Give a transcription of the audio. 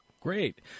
Great